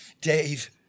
Dave